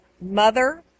mother